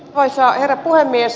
arvoisa herra puhemies